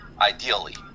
ideally